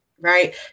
right